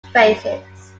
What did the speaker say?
faces